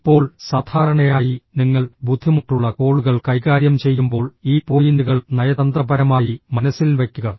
ഇപ്പോൾ സാധാരണയായി നിങ്ങൾ ബുദ്ധിമുട്ടുള്ള കോളുകൾ കൈകാര്യം ചെയ്യുമ്പോൾ ഈ പോയിന്റുകൾ നയതന്ത്രപരമായി മനസ്സിൽ വയ്ക്കുക